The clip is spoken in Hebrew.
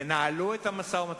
תנהלו את המשא-ומתן.